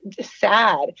sad